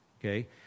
Okay